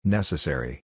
Necessary